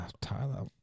Tyler